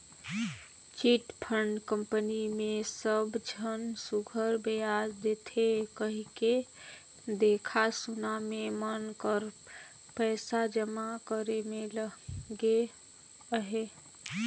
chit fund company मे सब झन सुग्घर बियाज देथे कहिके देखा सुना में मन कर पइसा जमा करे में लगिन अहें